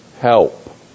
help